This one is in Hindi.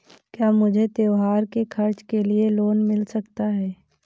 क्या मुझे त्योहार के खर्च के लिए लोन मिल सकता है?